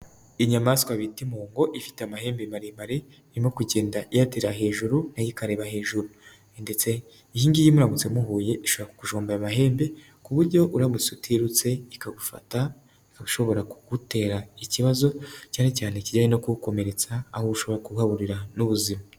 Inyamaswa bita impongo ifite amahembe maremare, irimo kugenda iyatera hejuru nayo ikareba hejuru ndetse iyingiyi muramutse muhuye ishobora ku kujomba aya amahembe, ku buryo uramutse utirutse ikagufata ishobora kugutera ikibazo cyane cyane kijyanye no kugukomeretsa, aho ushobora kuhaburira n'ubuzima.